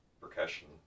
percussion